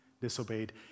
disobeyed